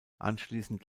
anschließend